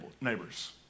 neighbors